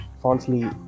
falsely